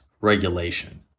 regulation